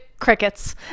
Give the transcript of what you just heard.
crickets